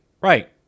right